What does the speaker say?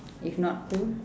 if not cold